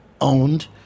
owned